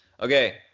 Okay